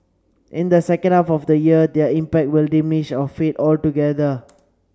in the second half of the year their impact will diminish or fade altogether